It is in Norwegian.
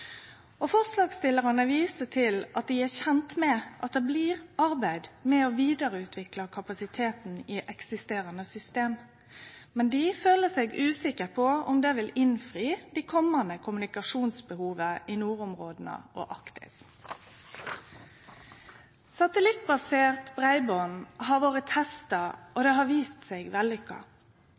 aktiviteten. Forslagsstillarane viser til at dei er kjende med at det blir arbeidd med å vidareutvikle kapasiteten i eksisterande system, men dei føler seg usikre på om det vil innfri det komande kommunikasjonsbehovet i nordområda og Arktis. Satellittbasert breiband har vore testa og vist seg